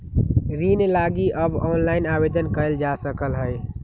ऋण लागी अब ऑनलाइनो आवेदन कएल जा सकलई ह